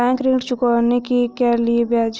Bank ऋण चुकाने के लिए ब्याज दर क्या है?